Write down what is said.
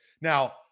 Now